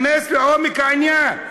תיכנס לעומק העניין.